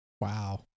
Wow